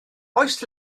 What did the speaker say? oes